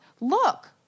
look